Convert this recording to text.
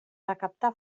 recaptar